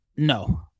No